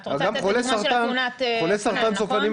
את רוצה לתת תמונה של --- גם חולי סרטן סופניים,